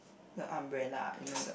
the umbrella you know the